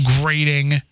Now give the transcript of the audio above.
grating